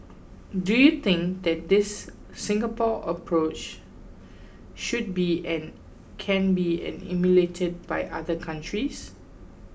do you think that this Singapore approach should be and can be emulated by other countries